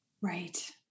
Right